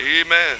Amen